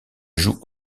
jouent